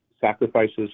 sacrifices